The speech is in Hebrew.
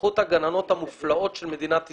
בזכות הגננות המופלאות של מדינת ישראל.